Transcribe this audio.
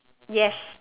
yes